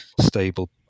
stable